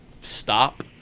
stop